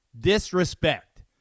disrespect